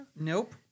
Nope